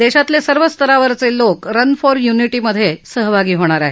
देशातले सर्व स्तरावरचे लोक रन फॉर युनिटी मध्ये सहभागी होणार आहेत